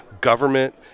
government